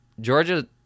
Georgia